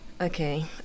Okay